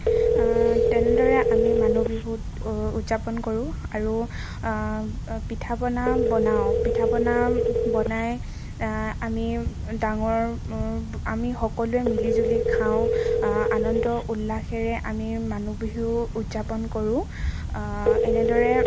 তেনেদৰে আমি মানুহ বিহু উদযাপন কৰোঁ আৰু পিঠা পনা বনাওঁ পিঠা পনা বনাই আমি ডাঙৰ আমি সকলোৱে মিলি জুলি খাওঁ আনন্দ উল্লাসেৰে আমি মানুহ বিহু উদযাপন কৰোঁ এনেদৰে